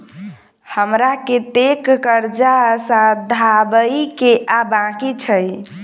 हमरा कतेक कर्जा सधाबई केँ आ बाकी अछि?